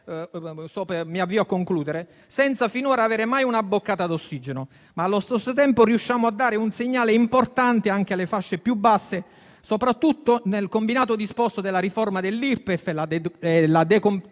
senza finora avere mai una boccata di ossigeno. Allo stesso tempo riusciamo a dare un segnale importante anche alle fasce più basse, soprattutto nel combinato disposto della riforma dell'Irpef e la decontribuzione